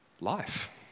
Life